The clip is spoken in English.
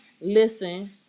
Listen